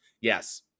yes